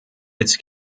its